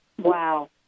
Wow